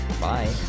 Bye